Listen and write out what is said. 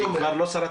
זו גם תשובה.